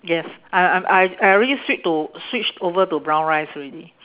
yes I I'm I I already switch to switch over to brown rice already